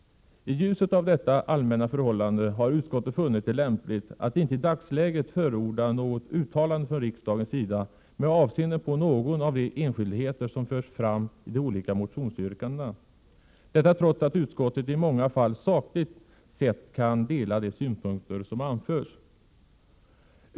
I ljuset av detta allmänna förhållande har utskottet funnit det lämpligt att inte i dagsläget förorda något uttalande från riksdagens sida med avseende på någon av de enskildheter som förs fram i de olika motionsyrkandena, detta trots att utskottet i många fall sakligt sett kan dela de synpunkter som anförs.